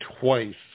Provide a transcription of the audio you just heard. twice